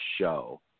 show